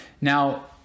Now